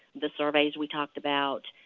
the surveys we talked about,